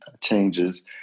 changes